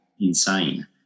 insane